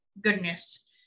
goodness